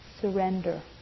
surrender